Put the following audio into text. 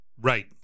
Right